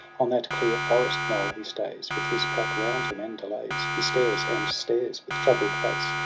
on that clear forest-knoll he stays, with his pack round him, and delays. he stares and stares, with troubled face,